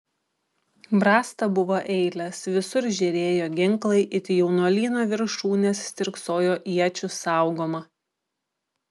brasta buvo eilės visur žėrėjo ginklai it jaunuolyno viršūnės stirksojo iečių saugoma